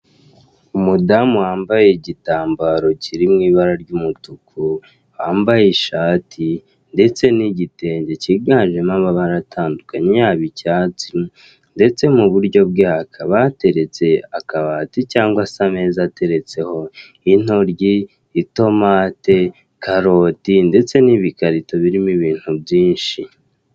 Umudamu wambaye igitambaro kiri mu ibara ry'umutuku, wambaye ishati, ndetse n'igitenge cyiganjemo amabara atandukanye yab'icyatsi ndetse muburyo bwe hakaba hateretse akabati cyangwa se ameza ateretseho intoryi, itomate, karoti ndetse n'ibikarito birimo ibintu byinshi.